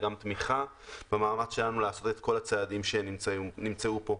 וגם תמיכה במאמץ שלנו לעשות את כל הצעדים שנמצאו פה.